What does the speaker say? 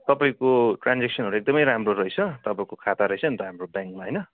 तपाईँको ट्रान्जेक्सनहरू एकदमै राम्रो रहेछ तपाईँको खाता रहेछ नि त हाम्रो ब्याङ्कमा होइन